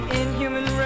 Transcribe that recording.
inhuman